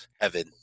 heaven